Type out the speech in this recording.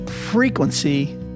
frequency